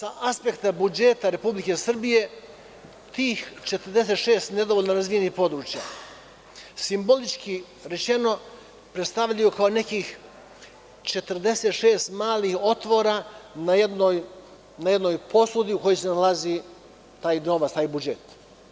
Tako da, sa aspekta budžeta Republike Srbije, tih 46 nedovoljno razvijenih područja simbolički rečeno predstavljaju kao nekih 46 malih otvora na jednoj posudi u kojoj se nalazi taj novac, taj budžet.